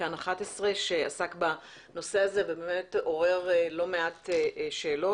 ב-כאן 11 שעסק בנושא הזה ובאמת עורר לא מעט שאלות.